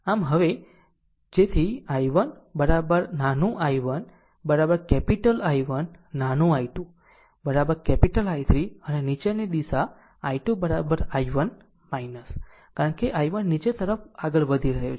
આમ હવે જેથી I1 નાનું I1 કેપીટલ I1 નાનું I2 કેપીટલ I3 અને નીચેની દિશા I2 I1 કારણ કે I1 નીચે તરફ આગળ વધી રહ્યું છે